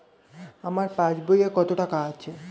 আমার পাস বইয়ে কত টাকা আছে?